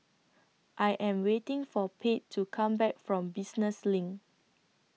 I Am waiting For Pate to Come Back from Business LINK